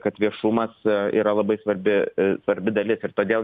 kad viešumas yra labai svarbi svarbi dalis ir todėl